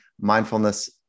mindfulness